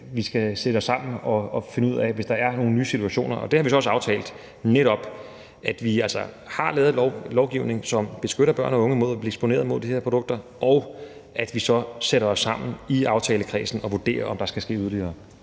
vi skal sætte os sammen og finde ud af noget, hvis der er nogle nye situationer. Det har vi så også aftalt. Vi har netop lavet en lovgivning, som beskytter børn og unge mod at blive eksponeret for de her produkter, og vi sætter os så sammen i aftalekredsen og vurderer, om der skal ske yderligere.